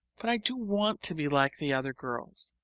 but i do want to be like the other girls,